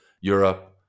Europe